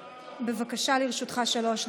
בבקשה, לרשותך שלוש דקות.